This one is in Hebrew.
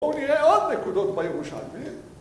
בוא נראה עוד נקודות בירושלמי